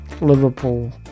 Liverpool